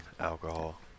alcohol